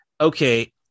okay